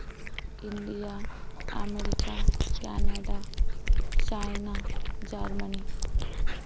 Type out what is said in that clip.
India America Canada China Germany